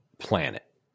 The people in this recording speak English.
planet